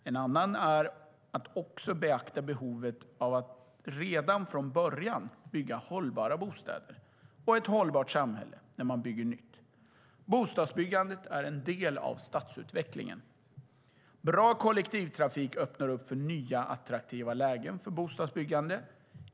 En annan är att också beakta behovet av att redan från början bygga hållbara bostäder och ett hållbart samhälle när man bygger nytt. Bostadsbyggandet är en del av stadsutvecklingen. Bra kollektivtrafik öppnar upp för nya, attraktiva lägen för bostadsbyggande.